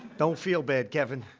don't feel bad, kevin.